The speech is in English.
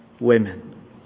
women